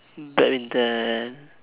badminton